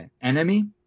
enemy